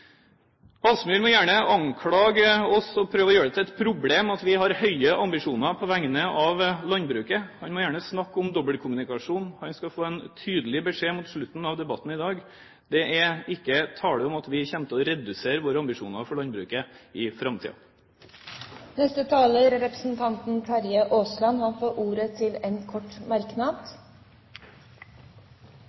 Asmyhr må gjerne anklage oss og prøve å gjøre det til et problem at vi har høye ambisjoner på vegne av landbruket. Han må gjerne snakke om «dobbeltkommunikasjon». Han skal få tydelig beskjed mot slutten av debatten i dag. Det er ikke tale om at vi kommer til å redusere våre ambisjoner for landbruket i framtiden! Representanten Terje Aasland har hatt ordet to ganger og får ordet til en kort merknad,